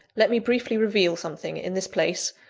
let me briefly reveal something, in this place,